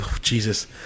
Jesus